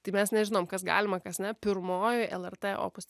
tai mes nežinom kas galima kas ne pirmojoj lrt opus